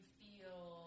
feel